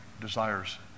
desires